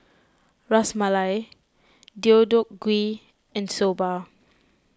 Ras Malai Deodeok Gui and Soba